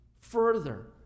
Further